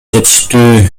жетиштүү